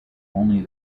only